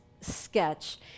sketch